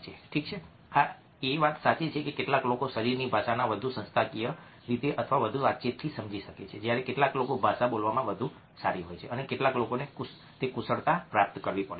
ઠીક છે હા એ વાત સાચી છે કે કેટલાક લોકો શરીરની ભાષાને વધુ સંસ્થાકીય રીતે અથવા વધુ વાતચીતથી સમજી શકે છે જ્યાં કેટલાક લોકો ભાષા બોલવામાં વધુ સારી હોય છે અને કેટલાક લોકોએ તે કુશળતા પ્રાપ્ત કરવી પડે છે